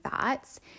thoughts